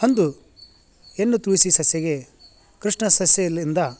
ಅಂದು ಹೆಣ್ಣು ತುಳಸಿ ಸಸ್ಯಗೆ ಕೃಷ್ಣ ಸಸ್ಯೆಯಲ್ಲಿಂದ